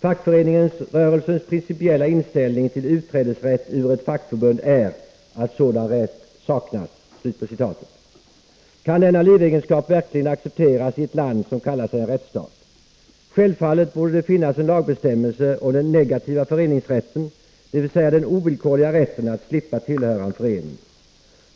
”Fackföreningsrörelsens principiella inställning till utträdesrätt ur ett fackförbund är att sådan rätt saknas.” Kan denna livegenskap verkligen accepteras i ett land som kallar sig en rättsstat? Självfallet borde det finnas en lagbestämmelse om den negativa föreningsrätten, dvs. den ovillkorliga rätten att slippa tillhöra en förening.